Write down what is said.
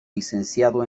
licenciado